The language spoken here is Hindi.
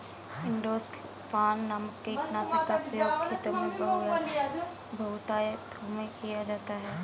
इंडोसल्फान नामक कीटनाशक का प्रयोग खेतों में बहुतायत में किया जाता है